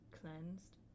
cleansed